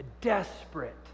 Desperate